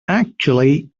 actually